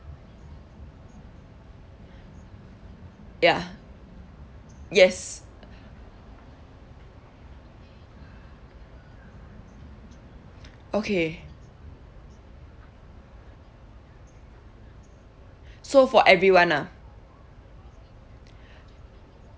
ya yes okay so for everyone ah